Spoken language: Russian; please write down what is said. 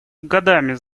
годами